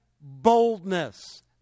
boldness